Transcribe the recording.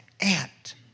ant